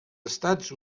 estats